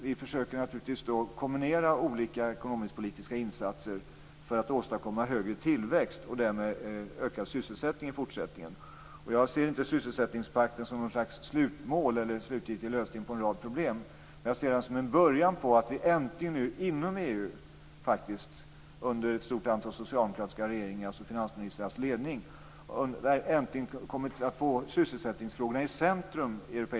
Vi försöker kombinera olika ekonomisk-politiska insatser för att åstadkomma högre tillväxt och därmed ökad sysselsättning. Jag ser inte sysselsättningspakten som ett slutmål eller en slutgiltig lösning på en rad problem. Jag ser den som en början till att vi äntligen, inom EU, under ett stort antal socialdemokratiska finansministrars ledning, sätter sysselsättningsfrågorna i centrum.